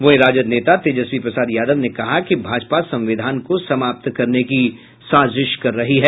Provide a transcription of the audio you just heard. वहीं राजद नेता तेजस्वी प्रसाद यादव ने कहा कि भाजपा संविधान को समाप्त करने की साजिश कर रही है